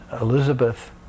Elizabeth